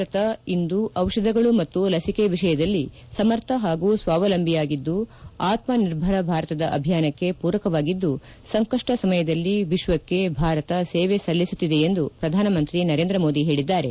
ಭಾರತ ಇಂದು ಔಷಧಗಳು ಮತ್ತು ಲಸಿಕೆ ವಿಷಯದಲ್ಲಿ ಸಮರ್ಥ ಹಾಗೂ ಸ್ವಾವಲಂಬಿ ಆಗಿದ್ದು ಆತ್ಮನಿರ್ಭರ ಭಾರತದ ಅಭಿಯಾನಕ್ಕೆ ಪೂರಕವಾಗಿದ್ದು ಸಂಕಷ್ಟ ಸಮಯದಲ್ಲಿ ವಿಶ್ವಕ್ಕೆ ಭಾರತ ಸೇವೆ ಸಲ್ಲಿಸುತ್ತಿದೆ ಎಂದು ಪ್ರಧಾನಮಂತ್ರಿ ನರೇಂದ್ರ ಮೋದಿ ಹೇಳಿದ್ದಾರೆ